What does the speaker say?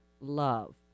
love